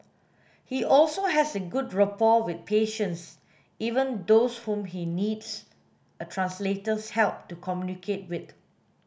he also has a good rapport with patients even those whom he needs a translator's help to communicate with